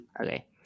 okay